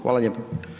Hvala lijepo.